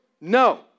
no